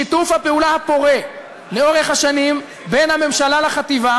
שיתוף הפעולה הפורה לאורך השנים בין הממשלה לחטיבה